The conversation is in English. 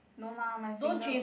no lah my finger